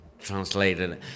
translated